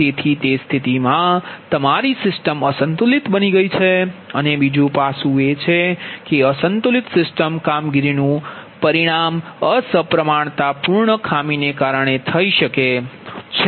તેથી તે સ્થિતિમાં તમારી સિસ્ટમ અસંતુલિત બની ગઈ છે અને બીજુ પાસું એ છે કે અસંતુલિત સિસ્ટમ કામગીરીનું પરિણામ અસમપ્રમાણતાપૂર્ણ ખામીને કારણે થઈ શકે છે